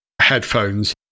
headphones